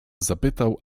zapytał